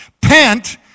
Pent